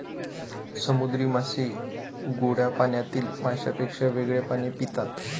समुद्री मासे गोड्या पाण्यातील माशांपेक्षा वेगळे पाणी पितात